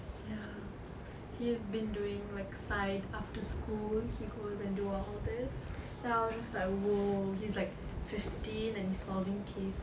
ya he's been doing like side after school he goes and do all this then I was just like !whoa! he's like fifteen and solving cases